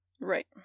Right